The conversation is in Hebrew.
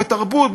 בתרבות,